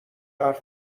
حرف